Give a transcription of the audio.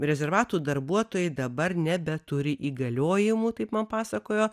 rezervatų darbuotojai dabar nebeturi įgaliojimų taip man pasakojo